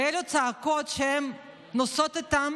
ואלו צלקות שהן נושאות אותן